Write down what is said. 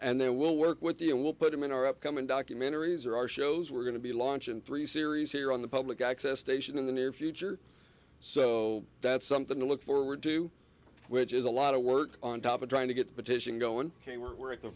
and then we'll work with the and we'll put them in our upcoming documentaries or our shows we're going to be launching three series here on the public access station in the near future so that's something to look forward to which is a lot of work on top of trying to get the petition going came we're at the